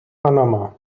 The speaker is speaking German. panama